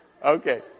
Okay